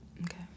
Okay